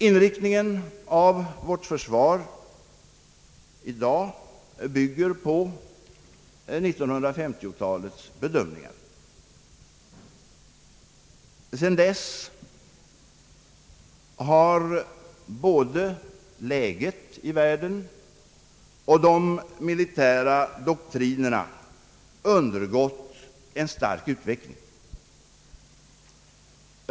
Inriktningen av vårt försvar i dag bygger på 1950 talets bedömningar. Sedan dess har både läget i världen och de militära doktrinerna undergått en stark utveckling.